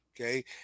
okay